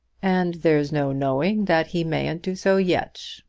and there's no knowing that he mayn't do so yet,